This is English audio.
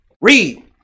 Read